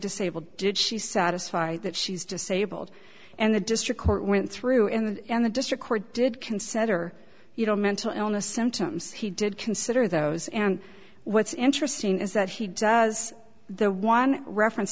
disabled did she satisfy that she's disabled and the district court went through and the district court did consider you know mental illness symptoms he did consider those and what's interesting is that he does the one reference